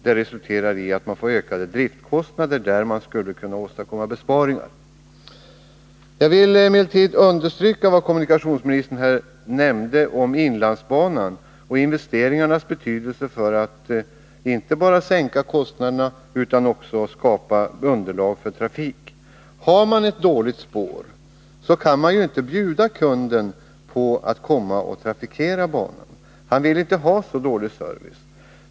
Det resulterar i ökade driftskostnader där man skulle kunna åstadkomma besparingar. Jag vill understryka vad kommunikationsministern här nämnde om inlandsbanan och investeringarnas betydelse för att vi inte bara skall kunna sänka kostnaderna utan också skapa underlag för trafik. Om man har ett dåligt spår, kan man inte erbjuda kunden att trafikera banan. Kunden vill inte ha så dålig service.